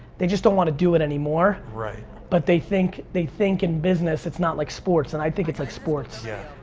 they just don't wanna do it anymore. but they think, they think in business it's not like sports, and i think it's like sports. yeah,